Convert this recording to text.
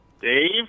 Dave